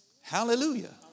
Hallelujah